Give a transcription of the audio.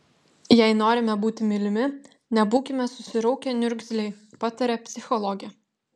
jei norime būti mylimi nebūkime susiraukę niurgzliai pataria psichologė